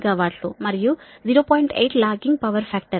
8 lagging power factor